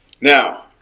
Now